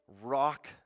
rock